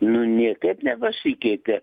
nu niekaip nepasikeitė